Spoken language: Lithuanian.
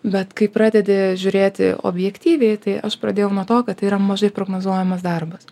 bet kai pradedi žiūrėti objektyviai tai aš pradėjau nuo to kad tai yra mažai prognozuojamas darbas